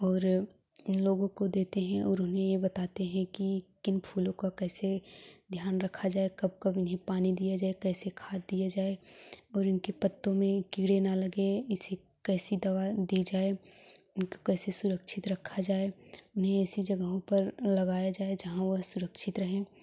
और इन लोगों को देते हैं और उन्हें ये बताते हैं कि किन फूलों का कैसे ध्यान रखा जाए कब कब उन्हें पानी दिया जाए कैसे खाद दिया जाए और उनके पत्तों में कीड़े ना लगे इसी कैसी दवा दी जाए उनको कैसे सुरक्षित रखा जाए उन्हें ऐसी जगह पर लगाया जाए जहाँ वह सुरक्षित रहें